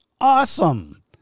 Awesome